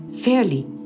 fairly